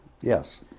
Yes